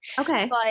Okay